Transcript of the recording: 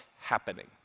happening